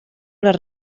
les